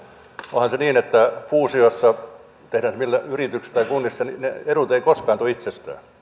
onhan se niin että fuusiossa tehdään se yrityksissä tai kunnissa ne edut eivät koskaan tule itsestään